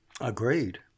Agreed